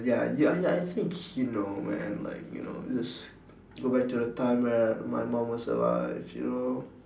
ya ya ya I think you know man like you know just go back to the time when my mum was alive you know